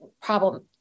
problem